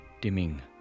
dimming